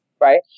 right